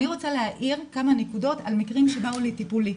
אני רוצה להאיר כמה נקודות על מקרים שבאו לטיפולי.